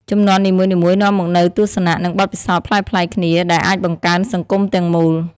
ជំនាន់នីមួយៗនាំមកនូវទស្សនៈ និងបទពិសោធន៍ប្លែកៗគ្នាដែលអាចបង្កើនសង្គមទាំងមូល។